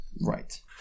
right